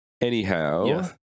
Anyhow